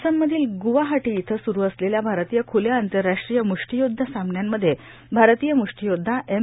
आसाममधील गुवाहाटी इथं सुरू असलेल्या भारतीय खुल्या आंतरराष्ट्रीय मृष्टीयुद्ध सामन्यांमध्ये भारतीय मृष्टीयोद्वा एम